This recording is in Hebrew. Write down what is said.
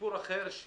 סיפור אחר,